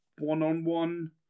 one-on-one